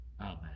Amen